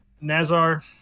Nazar